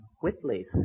Whitley's